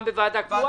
גם בוועדה קבועה.